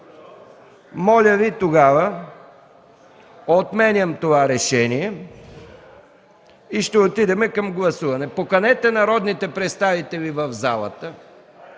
Моля Ви, тогава отменям това решение. Отиваме към гласуване. Поканете народните представители в залата.